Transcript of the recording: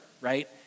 right